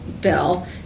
bill